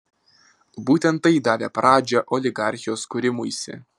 būtent tai davė pradžią oligarchijos kūrimuisi